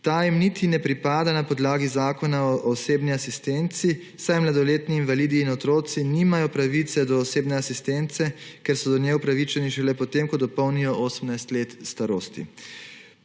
Ta jim niti ne pripada na podlagi Zakona o osebni asistenci, saj mladoletni invalidni otroci nimajo pravice do osebne asistence, ker so do nje upravičeni šele po tem, ko dopolnijo 18 let starosti.